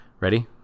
Ready